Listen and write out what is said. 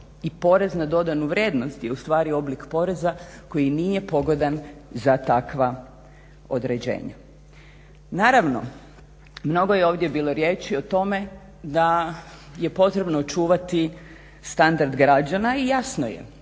I porez na dodanu vrijednost je ustvari oblik poreza koji nije pogodan za takva određenja. Naravno. Mnogo je ovdje bilo riječi o tome da je potrebno čuvati standard građana i jasno je,